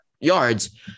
yards